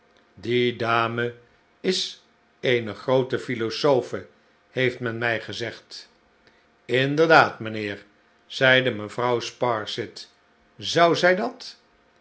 die dame is eene groote philosofe heeft men mij gezegd inderdaad mijnheer zeide mevrouw sparsit zou zij dat